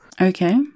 okay